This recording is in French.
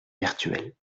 virtuelle